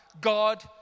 God